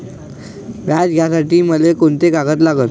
व्याज घ्यासाठी मले कोंते कागद लागन?